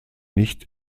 nicht